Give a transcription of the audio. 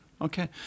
okay